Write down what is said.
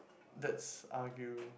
that's argue~